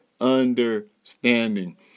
understanding